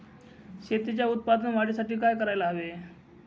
शेतीच्या उत्पादन वाढीसाठी काय करायला हवे?